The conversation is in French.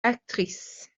actrices